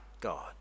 God